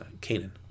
Canaan